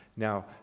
Now